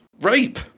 Rape